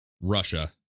Russia